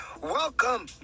welcome